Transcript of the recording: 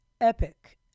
epic